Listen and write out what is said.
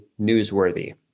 newsworthy